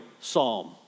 psalm